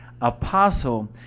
Apostle